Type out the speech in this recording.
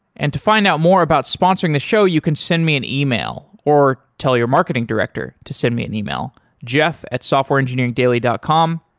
and to find out more about sponsoring the show, you can send me an ah e-mail or tell your marketing director to send me an e-mail jeff at softwareengineeringdaily dot com.